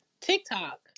TikTok